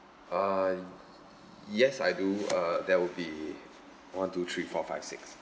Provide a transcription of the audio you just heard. uh yes I do uh that will be one two three four five six